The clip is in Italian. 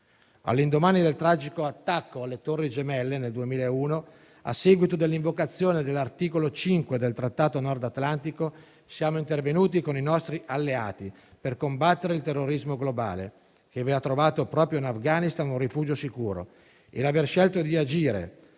All'indomani del tragico attacco alle Torri gemelle nel 2001, a seguito dell'invocazione dell'articolo 5 del Trattato Nord Atlantico, siamo intervenuti con i nostri alleati per combattere il terrorismo globale, che aveva trovato, proprio in Afghanistan, un rifugio sicuro. Aver scelto di agire,